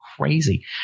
crazy